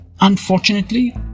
unfortunately